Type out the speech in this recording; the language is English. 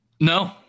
No